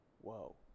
Whoa